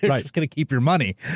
they're just going to keep your money.